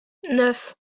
neuf